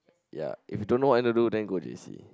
ya if you don't know what you want to do then I go J_C